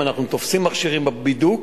אנחנו תופסים מכשירים בבידוק,